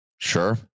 Sure